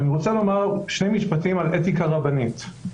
אני רוצה לומר שני משפטים על אתיקה רבנית.